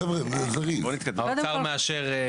חשוב שיהיה ברור ואם למישהו זה לא ברור מהסעיף,